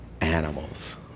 animals